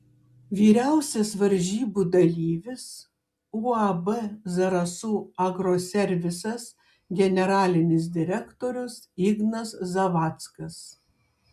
vyriausias varžybų dalyvis uab zarasų agroservisas generalinis direktorius ignas zavackas